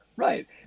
Right